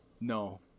No